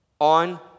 on